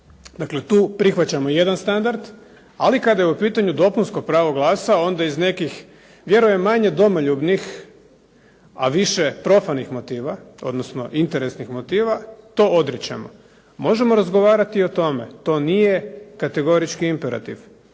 Dakle, tu prihvaćamo jedan standard, ali kada je u pitanju dopunsko pravo glasa onda iz nekih vjerujem manje domoljubnih, a više profanih motiva, odnosno interesnih motiva to odričemo. Možemo razgovarati i o tome. To nije kategorički imperativ.